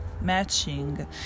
matching